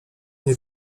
nie